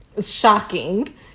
shocking